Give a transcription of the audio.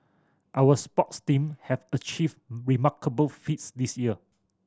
our sports team have achieved remarkable feats this year